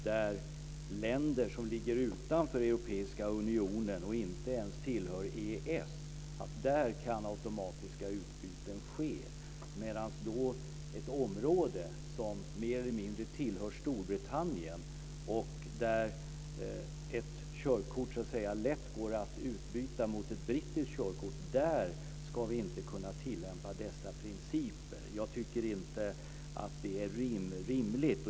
När det gäller länder som ligger utanför den europeiska unionen och som inte ens tillhör EES kan automatiska utbyten ske, medan när det gäller ett område som mer eller mindre tillhör Storbritannien och där ett körkort lätt går att byta ut mot ett brittiskt körkort ska dessa principer inte kunna tillämpas. Jag tycker inte att detta är rimligt.